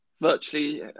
virtually